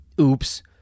Oops